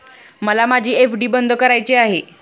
मला माझी एफ.डी बंद करायची आहे